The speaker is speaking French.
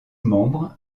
membres